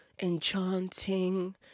enchanting